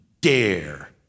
dare